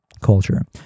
culture